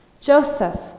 Joseph